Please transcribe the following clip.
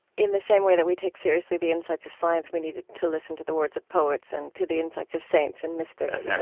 in the same way that we take seriously the insights of science, we need to listen to the words of poets and to the insights of saints and mystics,